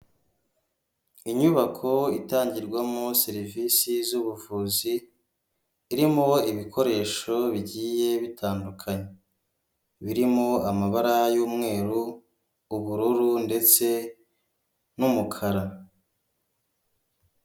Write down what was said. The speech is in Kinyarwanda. Inyubako itangirwamo serivisi z'ubuvuzi, irimo ibikoresho bigiye bitandukanye. Birimo amabara y'umweru, ubururu ndetse n'umukara.